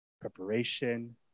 preparation